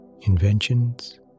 inventions